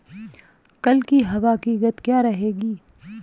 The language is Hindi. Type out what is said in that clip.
कल की हवा की गति क्या रहेगी?